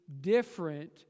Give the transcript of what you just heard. different